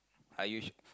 are you su~